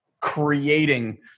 creating